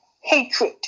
hatred